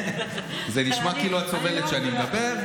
זה נשמע כאילו את סובלת כשאני מדבר.